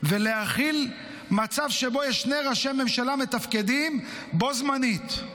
ולהחיל מצב שבו יש שני ראשי ממשלה מתפקדים בו זמנית.